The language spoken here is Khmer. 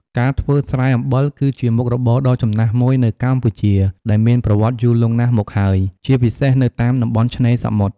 ការធ្វើស្រែអំបិល គឺជាមុខរបរដ៏ចំណាស់មួយនៅកម្ពុជា ដែលមានប្រវត្តិយូរលង់ណាស់មកហើយ ជាពិសេសនៅតាមតំបន់ឆ្នេរសមុទ្រ។